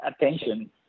attention